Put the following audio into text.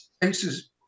places